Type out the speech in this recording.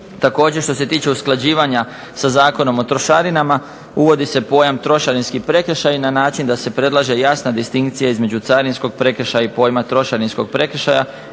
Također što se tiče usklađivanja sa Zakonom o trošarinama, uvodi se pojam trošarinski prekršaj na način da se predlaže jasna distinkcija između carinskog prekršaja i pojma trošarinskog prekršaja